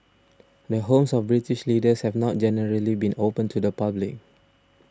the homes of British leaders have not generally been open to the public